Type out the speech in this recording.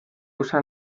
usa